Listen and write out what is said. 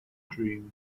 dream